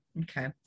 Okay